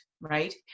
right